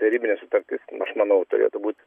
derybinė sutartis aš manau turėtų būt